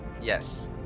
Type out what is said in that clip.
Yes